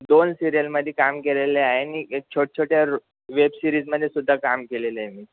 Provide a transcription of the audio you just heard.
दोन सिरियलमध्ये काम केलेले आहे नी छोटछोट्या रे वेब सिरीजमध्येसुद्धा काम केलेले आहे मी